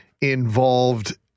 involved